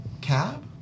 cab